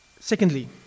Secondly